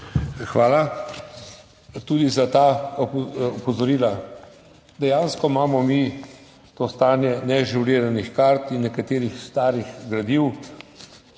Hvala tudi za ta opozorila. Dejansko imamo mi to stanje neažuriranih kart in nekaterih starih gradiv